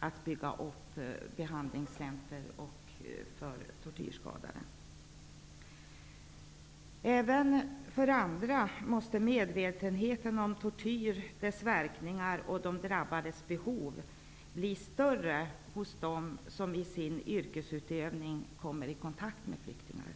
att bygga upp behandlingscentrer för tortyrskadade. Medvetenheten om tortyr, tortyrens verkningar och de drabbades behov måste bli större även hos andra som i sin yrkesutövning kommer i kontakt med flyktingar.